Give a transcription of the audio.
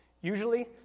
Usually